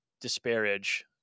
disparage